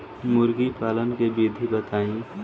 मुर्गी पालन के विधि बताई?